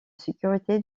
sécurité